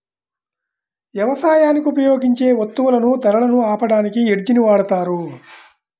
యవసాయానికి ఉపయోగించే వత్తువుల ధరలను ఆపడానికి హెడ్జ్ ని వాడతారు